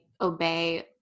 obey